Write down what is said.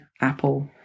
Apple